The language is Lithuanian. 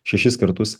šešis kartus